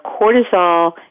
cortisol